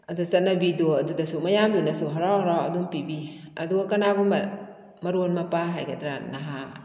ꯑꯗꯣ ꯆꯠꯅꯕꯤꯗꯣ ꯑꯗꯨꯗꯁꯨ ꯃꯌꯥꯝꯗꯨꯅꯁꯨ ꯍꯔꯥꯎ ꯍꯔꯥꯎ ꯑꯗꯨꯝ ꯄꯤꯕꯤ ꯑꯗꯨꯒ ꯀꯅꯥꯒꯨꯝꯕ ꯃꯔꯨꯞ ꯃꯄꯥꯡ ꯍꯥꯏꯒꯗ꯭ꯔꯥ ꯅꯍꯥ